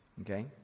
Okay